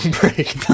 break